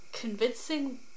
convincing